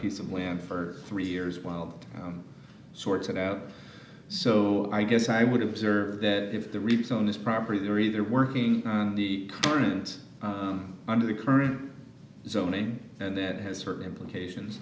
piece of land for three years while sorts it out so i guess i would observe that if the reviews on this property are either working on the current under the current zoning and that has certain implications